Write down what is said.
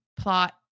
plot